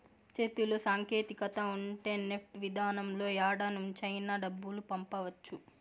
చేతిలో సాంకేతికత ఉంటే నెఫ్ట్ విధానంలో యాడ నుంచైనా డబ్బులు పంపవచ్చు